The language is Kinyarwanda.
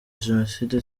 jenoside